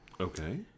Okay